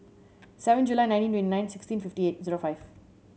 seven July nineteen twenty nine sixteen fifty eight zero five